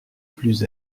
plus